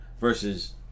versus